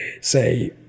say